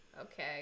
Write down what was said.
Okay